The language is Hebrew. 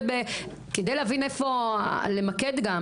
כדי להבין איפה ולמקד גם.